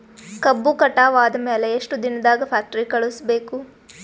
ಕಬ್ಬು ಕಟಾವ ಆದ ಮ್ಯಾಲೆ ಎಷ್ಟು ದಿನದಾಗ ಫ್ಯಾಕ್ಟರಿ ಕಳುಹಿಸಬೇಕು?